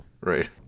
Right